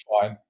fine